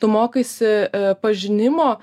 tu mokaisi pažinimo